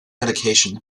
medications